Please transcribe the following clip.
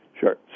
Sure